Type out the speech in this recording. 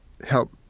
help